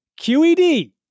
QED